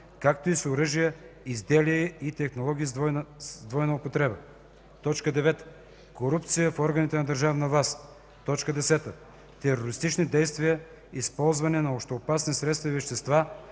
както и с оръжия, изделия и технологии с двойна употреба; 9. корупция в органите на държавната власт; 10. терористични действия, използване на общоопасни средства и вещества,